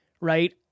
right